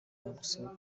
agusaba